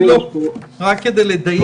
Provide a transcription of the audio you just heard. רק כדי לדייק,